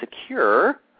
secure